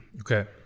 Okay